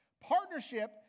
Partnership